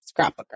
scrapbooker